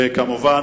וכמובן,